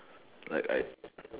like I